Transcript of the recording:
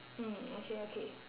mm okay okay